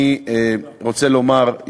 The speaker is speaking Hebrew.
אני רוצה לומר,